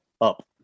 up